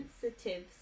sensitive